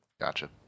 Gotcha